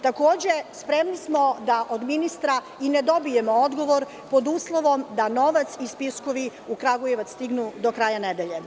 Takođe, spremni smo da od ministra i ne dobijemo odgovor, pod uslovom da novac i spiskovi u Kragujevac stignu do kraja nedelje.